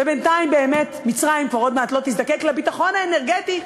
ובינתיים באמת מצרים כבר עוד מעט לא תזדקק לביטחון האנרגטי,